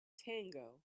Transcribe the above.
tango